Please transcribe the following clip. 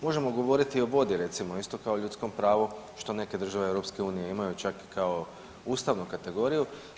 Možemo govoriti o vodi recimo isto kao ljudskom pravu što neke države EU imaju čak i kao ustavnu kategoriju.